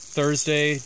Thursday